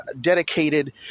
dedicated